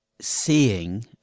seeing